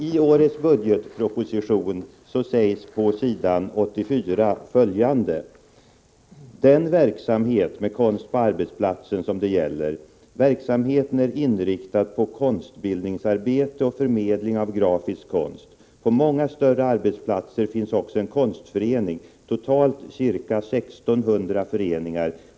I årets budgetproposition sägs på s. 84 om den verksamhet med konst på arbetsplatsen som det här gäller: ”Verksamheten är inriktad på konstbildningsarbete och förmedling av grafisk konst. På många större arbetsplatser finns också en konstförening, totalt ca 1 600 föreningar.